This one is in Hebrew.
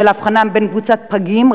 בשל ההבחנה בין קבוצות פגים,